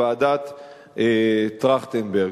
ועדת-טרכטנברג.